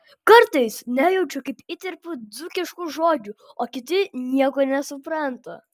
kartais nejaučiu kaip įterpiu dzūkiškų žodžių o kiti nieko nesupranta